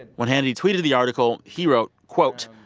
and when hannity tweeted the article, he wrote, quote,